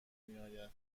میآید